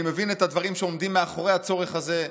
אני מבין את הדברים שעומדים מאחורי הצורך הזה,